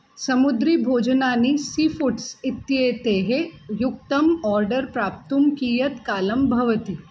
समुद्रभोजनानि seafoods इत्येतैः युक्तम् order प्राप्तुं कियत्कालः भवति